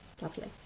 lovely